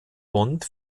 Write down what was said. bond